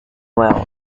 well